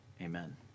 Amen